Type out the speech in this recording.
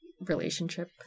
relationship